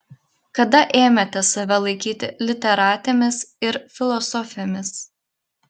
kada ėmėte save laikyti literatėmis ir filosofėmis